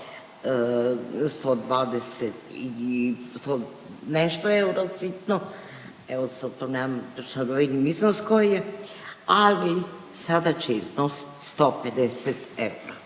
120 i nešto eura sitno, evo sad tu nemam točan iznos koji je, ali sada će iznositi 150 eura.